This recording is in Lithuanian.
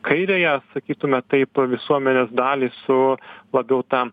kairiąją sakytume taip visuomenės dalį su labiau ta